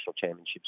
championships